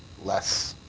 less?